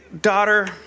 daughter